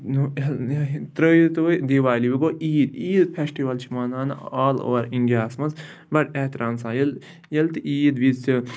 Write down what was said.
ترٛٲوِ تو وَ دیٖوالی وَ گوٚو عیٖد عیٖد پھٮ۪سٹِوَل چھِ مَناونہٕ آل اوٚوَر اِنڈیاہَس منٛز بَڑٕ احترام سان ییٚلہِ ییٚلہِ تہِ عیٖد وِز چھِ